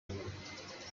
nyuma